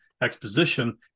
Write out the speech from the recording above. Exposition